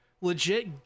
legit